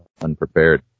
unprepared